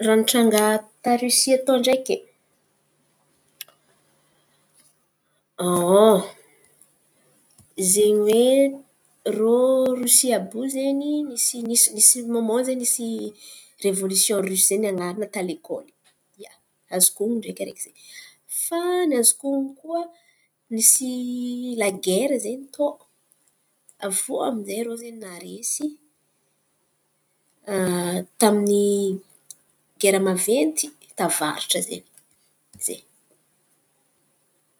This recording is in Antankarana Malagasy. Raha nitranga ta Rosia tao ndraiky, zen̈y oe irô Rosia àby iô zen̈y nisy nisy nisy môman zen̈y nisy revôlisiôn nisy zay nianara ta lekôly. Ia azoko honon̈o ndraiky araiky izen̈y, fa ny azoko honon̈o koa nisy lagera zen̈y tô, aviô zen̈y irô naresy tamin’ny gera maventy tavaratra izen̈y, zen̈y.